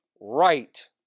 right